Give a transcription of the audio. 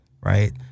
Right